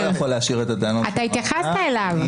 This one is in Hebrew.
אתה התייחסת אליו.